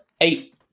eight